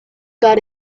got